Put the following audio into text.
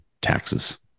taxes